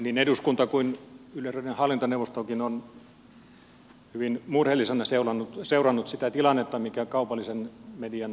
niin eduskunta kuin yleisradion hallintaneuvostokin on hyvin murheellisena seurannut sitä tilannetta mikä kaupallisen median puolella on